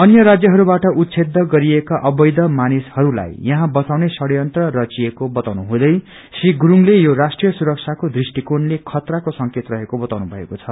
अन्य राज्यहरूबाट उच्छेद गरिएका अवैद मानिसहरूलाई यहाँ बसाउने षड़यन्त्र रचिएको बताउनु हुँदै श्री गुरूङले यो राष्ट्रीय सुरक्षाको दृष्टीकोणले खतराको संकेत रहेको बताउनु भएको छ